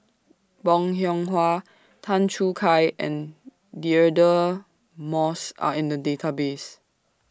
Bong Hiong Hwa Tan Choo Kai and Deirdre Moss Are in The Database